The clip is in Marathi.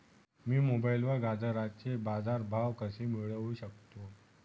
मी मोबाईलवर गाजराचे बाजार भाव कसे मिळवू शकतो?